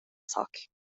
sak